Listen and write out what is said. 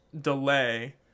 delay